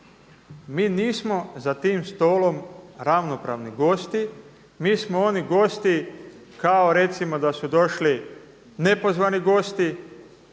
Mi nismo za tim stolom ravnopravni gosti. Mi smo oni gosti kao recimo da su došli nepozvani gosti,